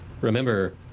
remember